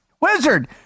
wizard